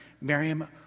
Miriam